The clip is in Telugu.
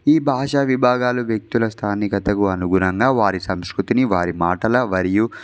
ఈ భాషా విభాగాలు వ్యక్తుల స్థానికతకు అనుగుణంగా వారి సంస్కృతిని వారి మాటల మరియు